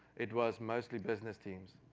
it was mostly business teams.